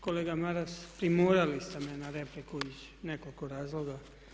Kolega Maras, primorali ste me na repliku iz nekoliko razloga.